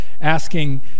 asking